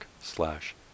slash